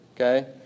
Okay